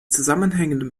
zusammenhängende